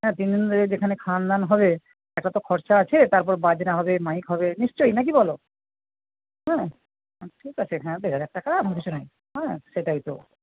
হ্যাঁ তিনদিন ধরে যেখানে খাওয়ান দাওয়ান হবে একটা তো খরচা আছে তারপর বাজনা হবে মাইক হবে নিশ্চয়ই না কি বলো হ্যাঁ ঠিক আছে হ্যাঁ দেড় হাজার টাকা এমন কিছু নয় হ্যাঁ সেটাই তো